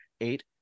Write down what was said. eight